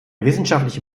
wissenschaftliche